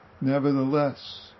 nevertheless